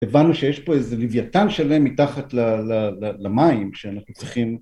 הבנו שיש פה איזה לוויתן שלם מתחת למים כשאנחנו צריכים...